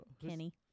Kenny